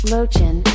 Lochin